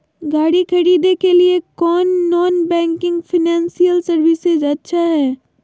गाड़ी खरीदे के लिए कौन नॉन बैंकिंग फाइनेंशियल सर्विसेज अच्छा है?